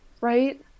right